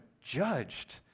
judged